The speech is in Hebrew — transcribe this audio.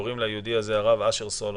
קוראים ליהודי הזה הרב אשר סולומון.